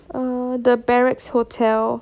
err the barracks hotel